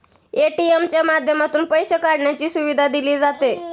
ATM च्या माध्यमातून पैसे काढण्याची सुविधा दिली जाते